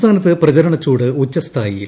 സംസ്ഥാനത്ത് പ്രചരണ ചൂട് ഉച്ചസ്ഥായിയിൽ